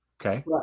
Okay